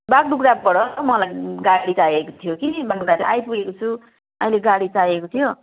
बागडोग्राबाट मलाई गाडी चाहिएको थियो कि म आइपुगेको छु अहिले गाडी चाहिएको थियो